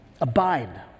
abide